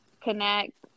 Connect